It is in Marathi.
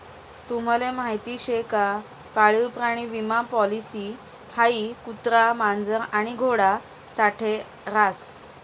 तुम्हले माहीत शे का पाळीव प्राणी विमा पॉलिसी हाई कुत्रा, मांजर आणि घोडा साठे रास